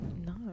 No